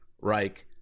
Reich